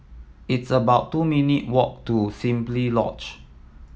it's about two minute walk to Simply Lodge